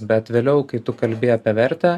bet vėliau kai tu kalbi apie vertę